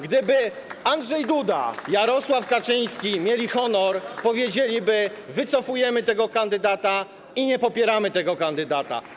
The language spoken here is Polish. Gdyby Andrzej Duda i Jarosław Kaczyński mieli honor, to powiedzieliby: wycofujemy tego kandydata, nie popieramy tego kandydata.